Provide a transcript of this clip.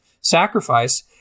sacrifice